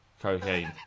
Cocaine